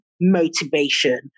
motivation